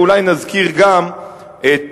ואולי נזכיר גם את